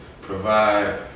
provide